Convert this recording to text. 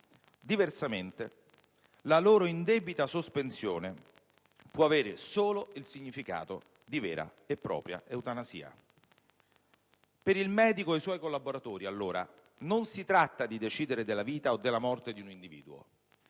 Diversamente, la loro indebita sospensione può avere solo il significato di vera e propria eutanasia. Per il medico e i suoi collaboratori, allora, non si tratta di decidere della vita o della morte di un individuo.